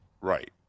Right